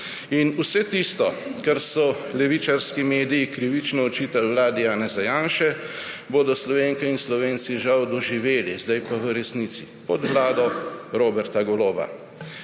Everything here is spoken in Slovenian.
Vse tisto, kar so levičarski mediji krivično očitali vladi Janeza Janše, bodo Slovenke in Slovenci žal doživeli, zdaj pa v resnici, pod vlado Roberta Goloba.